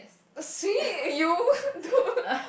is it you two